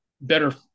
better